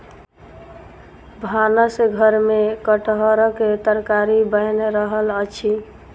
भानस घर में कटहरक तरकारी बैन रहल अछि